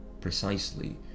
precisely